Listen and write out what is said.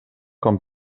com